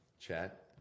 chat